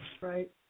right